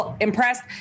impressed